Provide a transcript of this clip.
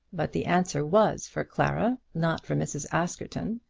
but the answer was for clara, not for mrs. askerton,